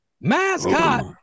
Mascot